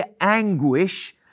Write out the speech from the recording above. anguish